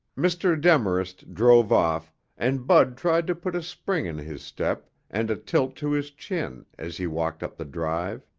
mr. demarest drove off and bud tried to put a spring in his step and a tilt to his chin as he walked up the drive.